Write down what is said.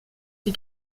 die